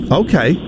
okay